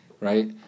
right